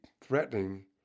threatening